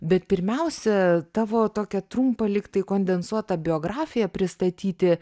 bet pirmiausia tavo tokia trumpa lyg tai kondensuota biografiją pristatyti